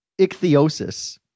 ichthyosis